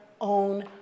own